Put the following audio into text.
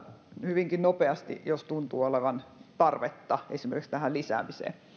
hyvinkin nopeasti jos tuntuu olevan tarvetta esimerkiksi tähän lisäämiseen